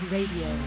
Radio